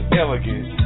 elegant